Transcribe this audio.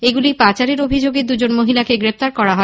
এগুলি পাচারের অভিযোগে দুজন মহিলাকে গ্রেপ্তার করা হয়